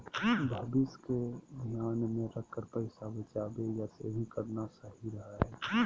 भविष्य के ध्यान मे रखकर पैसा बचावे या सेविंग करना सही रहो हय